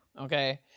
Okay